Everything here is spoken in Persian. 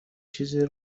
چیزی